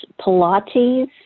Pilates